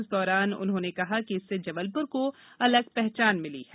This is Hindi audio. इस दौरान उन्होंने कहा कि इससे जबलपुर को अलग पहचान मिली है